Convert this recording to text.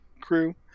crew